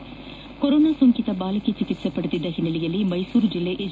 ಈ ಮಧ್ಯೆ ಕೊರೋನಾ ಸೋಂಕಿತ ಬಾಲಕಿ ಚಿಕಿತ್ಸೆ ಪಡೆದಿದ್ದ ಹಿನ್ನೆಲೆಯಲ್ಲಿ ಮ್ನೆಸೂರು ಜಿಲ್ಲೆ ಹೆಚ್